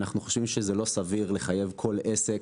אנחנו חושבים שזה לא סביר לחייב כל עסק,